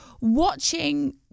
watching